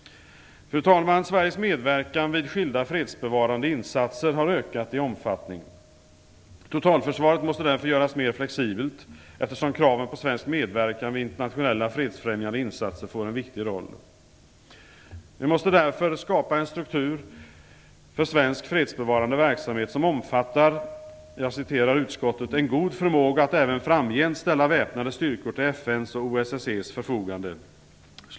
Fru talman! Sveriges medverkan vid skilda fredsbevarande insatser har ökat i omfattning. Totalförsvaret måste därför göras mer flexibelt eftersom kraven på svensk medverkan vid internationella fredsfrämjande insatser får en viktig roll. Vi måste därför skapa en struktur för svensk fredsbevarande verksamhet som även framgent omfattar "en god förmåga att ställa väpnade styrkor till FN:s och OSSE:s förfogande."